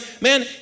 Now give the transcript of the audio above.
man